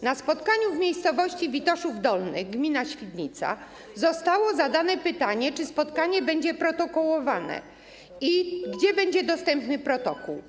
Na spotkaniu w miejscowości Witoszów Dolny, w gminie Świdnica, zostało zadane pytanie, czy spotkanie będzie protokołowane i gdzie będzie dostępny protokół.